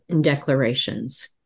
declarations